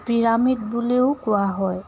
pyramid বুলিও কোৱা হয়